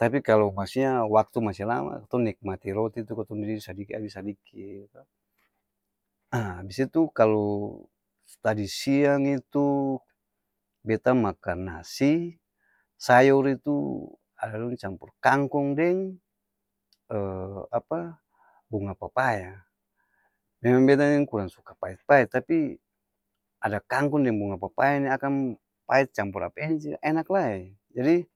tapi kalo maksudnya waktu masi lama tong nikmati roti tu, katong gigi sadiki abis sadiki ee to aa disitu kalo tadi siang itu, beta makang nasi, sayor itu ada dong campor kankong deng apa? Bunga papaya, deng beta ni kurang suka pait-pait tapi ada kangkong deng bunga papaya ni akang pait campur apa ini enak lai jadi.